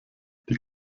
die